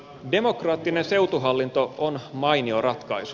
demokraattinen seutuhallinto on mainio ratkaisu